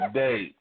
day